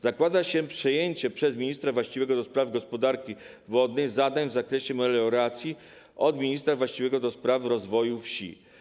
Zakłada się przejęcie przez ministra właściwego do spraw gospodarki wodnej zadań w zakresie melioracji od ministra właściwego do spraw rozwoju wsi.